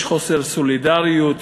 יש חוסר סולידריות,